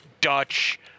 Dutch